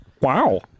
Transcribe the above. Wow